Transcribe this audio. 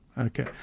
Okay